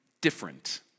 different